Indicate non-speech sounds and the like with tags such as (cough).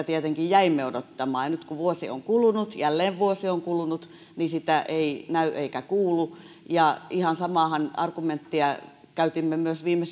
(unintelligible) tietenkin jäimme odottamaan nyt kun vuosi on kulunut jälleen vuosi on kulunut niin sitä ei näy eikä kuulu ja ihan samaa argumenttiahan käytimme myös viime (unintelligible)